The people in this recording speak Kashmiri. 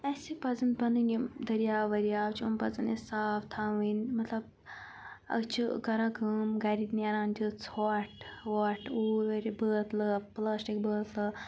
اَسہِ چھِ پَزَن پَنٕنۍ یِم دٔریاو ؤریاو چھِ إم پَزَن اَسہِ صاف تھاوٕنۍ مطلب أسۍ چھِ کَران کٲم گَرِکۍ نیران چھِ ژھۄٹھ وۄٹھ اوٗرۍ وٲرۍ بٲتلہٕ پٕلاسٹِک بٲتلہٕ